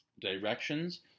directions